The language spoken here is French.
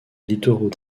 littoraux